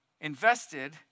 invested